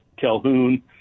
Calhoun